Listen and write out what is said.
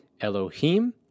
Elohim